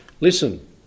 Listen